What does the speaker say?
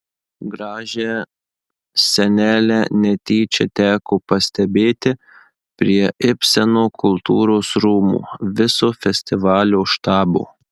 gražią scenelę netyčia teko pastebėti prie ibseno kultūros rūmų viso festivalio štabo